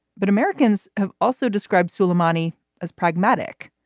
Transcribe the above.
but americans have also described suleimani as pragmatic.